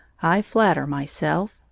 i flatter myself,